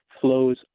flows